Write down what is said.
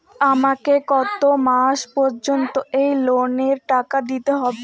আমাকে কত মাস পর্যন্ত এই লোনের টাকা দিতে হবে?